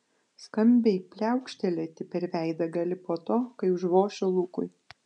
skambiai pliaukštelėti per veidą gali po to kai užvošiu lukui